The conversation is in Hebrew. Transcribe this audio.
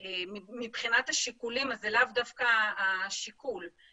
מבחינת השיקולים זה לאו דווקא השיקול הזה.